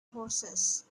horses